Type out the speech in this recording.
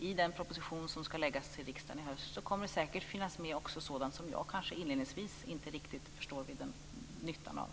I den proposition som ska läggas fram för riksdagen i höst kommer det säkert att finnas med sådant som jag inledningsvis kanske inte riktigt förstår nyttan av.